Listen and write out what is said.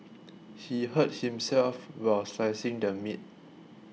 he hurt himself while slicing the meat